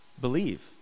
believe